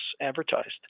advertised